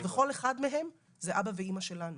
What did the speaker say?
וכל אחד מהם זה אבא ואמא שלנו.